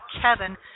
Kevin